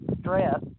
stress